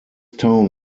town